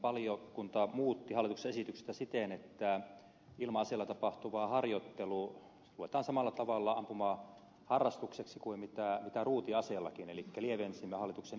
valiokunta muutti hallituksen esitystä siten että ilma aseella tapahtuva harjoittelu luetaan samalla tavalla ampumaharrastukseksi kuin ruutiaseellakin eli lievensimme hallituksen esitystä